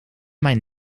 mijn